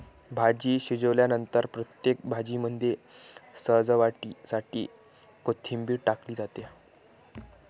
भाजी शिजल्यानंतर प्रत्येक भाजीमध्ये सजावटीसाठी कोथिंबीर टाकली जाते